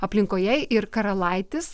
aplinkoje ir karalaitis